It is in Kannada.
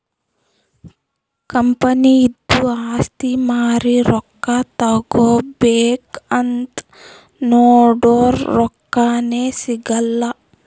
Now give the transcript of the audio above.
ಕಂಪನಿದು ಆಸ್ತಿ ಮಾರಿ ರೊಕ್ಕಾ ತಗೋಬೇಕ್ ಅಂತ್ ನೊಡುರ್ ರೊಕ್ಕಾನೇ ಸಿಗಲ್ಲ